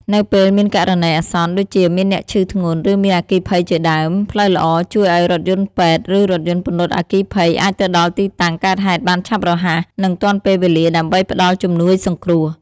នៅពេលមានករណីអាសន្ន ដូចជាមានអ្នកឈឺធ្ងន់ ឬមានអគ្គីភ័យជាដើម ផ្លូវល្អជួយឲ្យរថយន្តពេទ្យ ឬរថយន្តពន្លត់អគ្គីភ័យ អាចទៅដល់ទីតាំងកើតហេតុបានឆាប់រហ័ស និងទាន់ពេលវេលា ដើម្បីផ្តល់ជំនួយសង្គ្រោះ។